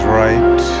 right